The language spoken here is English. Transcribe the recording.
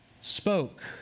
spoke